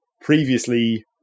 previously